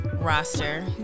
roster